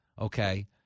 Okay